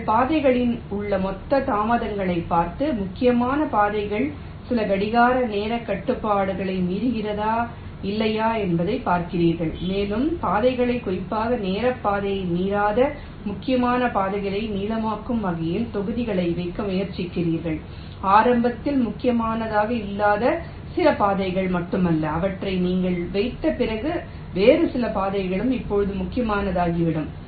நீங்கள் பாதைகளில் உள்ள மொத்த தாமதங்களைப் பார்த்து முக்கியமான பாதைகள் சில கடிகார நேரக் கட்டுப்பாடுகளை மீறுகிறதா இல்லையா என்பதைப் பார்க்கிறீர்கள் மேலும் பாதைகளை குறிப்பாக நேர பாதையை மீறாத முக்கியமான பாதைகளை நீளமாக்கும் வகையில் தொகுதிகளை வைக்க முயற்சிக்கிறீர்கள் ஆரம்பத்தில் முக்கியமானதாக இல்லாத சில பாதைகள் மட்டுமல்ல அவற்றை நீங்கள் வைத்த பிறகு வேறு சில பாதைகளும் இப்போது முக்கியமானதாகிவிட்டன